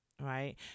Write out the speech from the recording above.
right